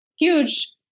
huge